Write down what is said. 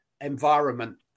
environment